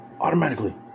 automatically